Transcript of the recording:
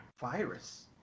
Virus